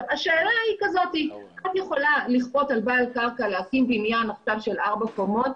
השאלה היא כזאת: את יכולה לכפות על בעל קרקע להקים בניין של ארבע קומות?